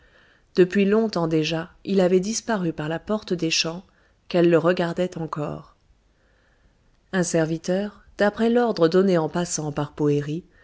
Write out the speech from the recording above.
depuis longtemps déjà il avait disparu par la porte des champs qu'elle le regardait encore un serviteur d'après l'ordre donné en passant par